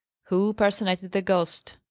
who personated the ghost?